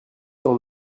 dans